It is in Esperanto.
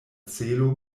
celo